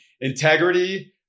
integrity